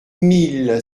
mille